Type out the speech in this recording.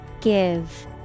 Give